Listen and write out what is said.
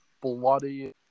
bloody